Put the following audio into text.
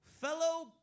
fellow